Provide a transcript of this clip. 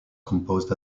composed